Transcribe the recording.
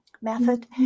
Method